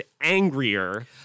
angrier